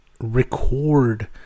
record